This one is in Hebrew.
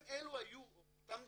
הם, אותם